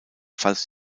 falls